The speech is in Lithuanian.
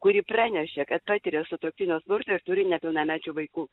kuri pranešė kad patiria sutuoktinio smurtą ir turi nepilnamečių vaikų